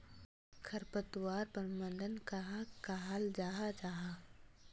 खरपतवार प्रबंधन कहाक कहाल जाहा जाहा?